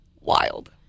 wild